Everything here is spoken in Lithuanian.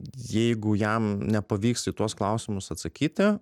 jeigu jam nepavyks į tuos klausimus atsakyti